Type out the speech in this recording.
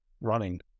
running